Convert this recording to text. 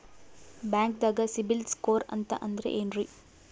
ಬ್ಯಾಂಕ್ದಾಗ CIBIL score ಅಂತ ಅಂದ್ರೆ ಏನ್ರೀ?